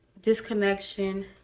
disconnection